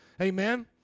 Amen